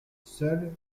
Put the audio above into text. seuls